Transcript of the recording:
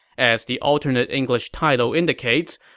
as the alternate english title indicates,